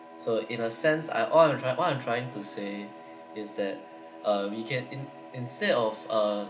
so in a sense I all I'm try what I'm trying to say is that uh we can in instead of uh